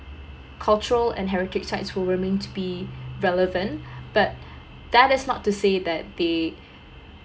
cultural and heritage site will remain to be relevant but that is not to say that they